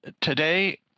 Today